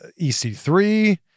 EC3